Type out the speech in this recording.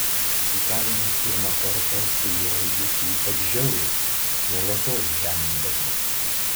įkalinus pirmą kartą su juo elgėsi ypač žiauriai nuolatos žemindavo